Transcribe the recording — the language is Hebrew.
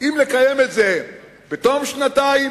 אם לקיים את זה בתום שנתיים,